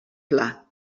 pla